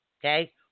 okay